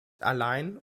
allein